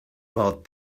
thought